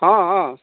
हँ